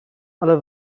ale